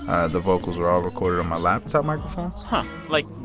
ah the vocals were all recorded on my laptop microphone like,